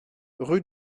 rue